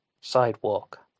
sidewalk